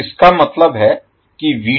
इसका मतलब है कि Vth स्क्वायर RL2